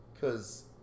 Cause